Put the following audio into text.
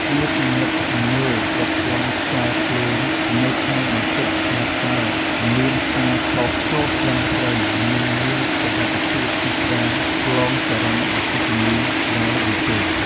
គួរពិនិត្យមើលប្រព័ន្ធខ្សែភ្លើងនៅក្នុងបន្ទប់ថាតើមានការតភ្ជាប់ត្រឹមត្រូវនិងមានសុវត្ថិភាពពីការឆ្លងចរន្តអគ្គិសនីដែរឬទេ។